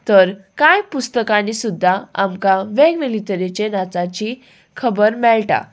तर कांय पुस्तकांनी सुद्दां आमकां वेगवेगळे तरेचे नाचाची खबर मेळटा